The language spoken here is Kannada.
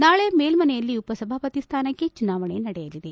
ನಾಳೆ ಮೇಲ್ಸನೆಯಲ್ಲಿ ಉಪಸಭಾಪತಿ ಸ್ವಾನಕ್ಕೆ ಚುನಾವಣೆ ನಡೆಯಲಿದೆ